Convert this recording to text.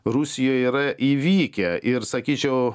rusijoj yra įvykę ir sakyčiau